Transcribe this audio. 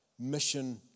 mission